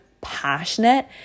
passionate